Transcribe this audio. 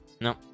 No